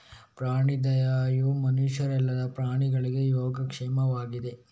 ಪ್ರಾಣಿ ದಯೆಯು ಮನುಷ್ಯರಲ್ಲದ ಪ್ರಾಣಿಗಳ ಯೋಗಕ್ಷೇಮವಾಗಿದೆ